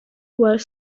were